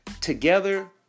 Together